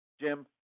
Jim